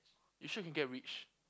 you should get rich